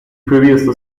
previously